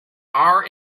are